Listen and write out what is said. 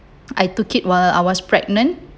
I took it while I was pregnant